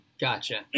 Gotcha